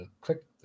click